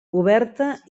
oberta